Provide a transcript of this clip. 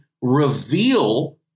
reveal